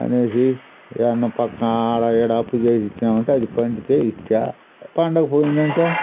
అనేసి యాడ్నో పక్క ఆడ ఈడ అప్పుచేసి ఇచ్చినామంటే అది పండితే ఇచ్చా పండక పోయిందంటే